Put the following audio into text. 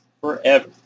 Forever